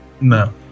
No